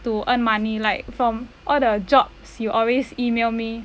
to earn money like from other jobs you always email me